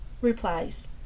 replies